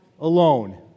alone